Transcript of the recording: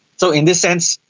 so in this sense,